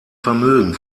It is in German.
vermögen